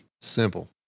Simple